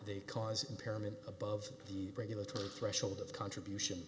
they cause impairment above the regulatory threshold of contribution